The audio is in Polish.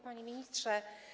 Panie Ministrze!